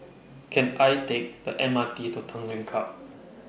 Can I Take The M R T to Tanglin Club